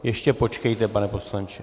Ještě počkejte, pane poslanče.